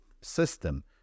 system